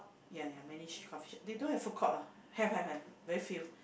ya ya many sh~ coffeeshop they don't have food court lah have have have very few